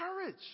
courage